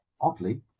oddly